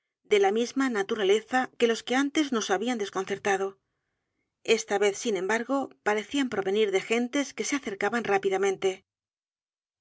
de la misma naturaleza que los que antes nos habían desconcertado e s t a vez sin e m b a r g o parecían provenir de gentes que se acercaban rápidamente